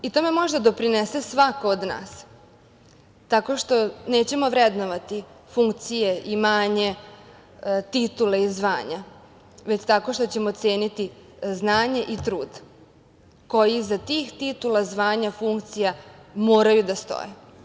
Tome može da doprinese svako od nas tako što nećemo vrednovati funkcije, imanje titule i zvanja, već tako što ćemo ceniti znanje i trud, koji iza tih titula, zvanja, funkcija, moraju da stoje.